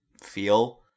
feel